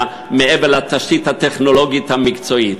מעבר לתשתית הטכנולוגית המקצועית.